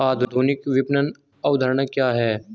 आधुनिक विपणन अवधारणा क्या है?